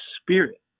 Spirit